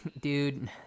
dude